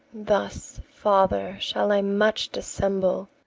thus, father, shall i much dissemble.